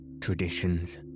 traditions